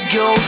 go